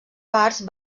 parts